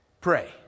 pray